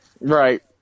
Right